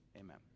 amen